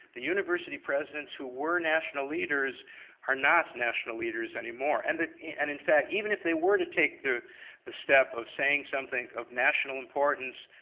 the university presidents who were national leaders are not national leaders anymore. and and in fact, even if they were to take the the step of saying something of national importance,